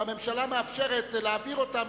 הממשלה מאפשרת להעביר אותן,